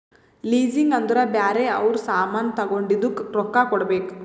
leasing ಅಂದುರ್ ಬ್ಯಾರೆ ಅವ್ರ ಸಾಮಾನ್ ತಗೊಂಡಿದ್ದುಕ್ ರೊಕ್ಕಾ ಕೊಡ್ಬೇಕ್